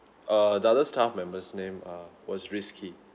err the other staff member's name uh was reski